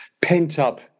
pent-up